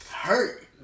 hurt